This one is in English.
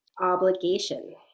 obligation